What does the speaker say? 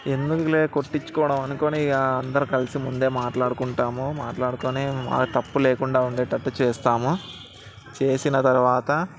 ఎందుకులే కొట్టించుకోవడం అని మళ్ళీ అందరం కలిసి ముందే మాట్లాడుకుంటాము మాట్లాడుకునే తప్పు లేకుండా ఉండేటట్టు చేస్తాము చేసిన తర్వాత